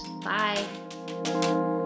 Bye